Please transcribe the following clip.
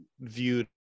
viewed